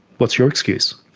what's your excuse?